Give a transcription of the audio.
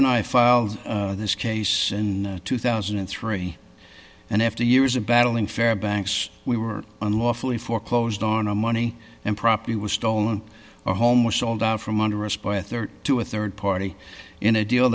and i filed this case in two thousand and three and after years of battling fair banks we were unlawfully foreclosed on our money and property was stolen our home was old out from under us by a rd to a rd party in a deal